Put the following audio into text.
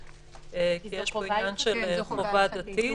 כי יש פה עניין של חובה דתית.